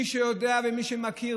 מי שיודע ומי שמכיר,